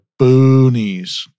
boonies